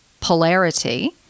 polarity